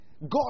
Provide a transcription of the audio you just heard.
God